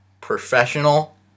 Professional